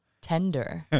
Tender